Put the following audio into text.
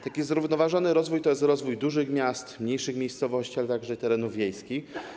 Taki zrównoważony rozwój to jest rozwój dużych miast, mniejszych miejscowości, ale także terenów wiejskich.